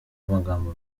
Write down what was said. amagambo